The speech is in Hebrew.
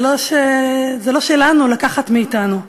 זה לא שלנו, לקחת מאתנו.